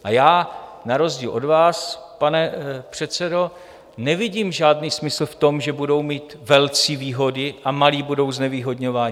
A já na rozdíl od vás, pane předsedo, nevidím žádný smysl v tom, že budou mít velcí výhody a malí budou znevýhodňováni.